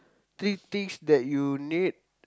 three things that you need